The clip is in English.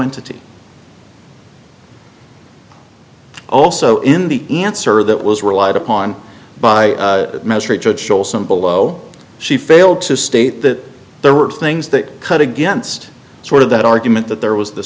entity also in the answer that was relied upon by that measure it should show some below she failed to state that there were things that cut against sort of that argument that there was the